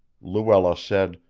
luella said